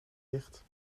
licht